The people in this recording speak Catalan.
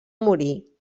morir